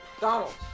Donald